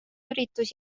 üritus